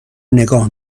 نگاه